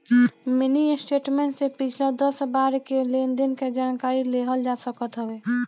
mini statement से पिछला दस बार के लेनदेन के जानकारी लेहल जा सकत हवे